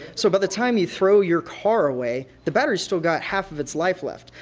so by the time you throw your car away, the battery still got half of its life left.